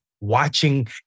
watching